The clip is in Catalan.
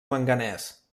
manganès